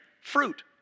fruit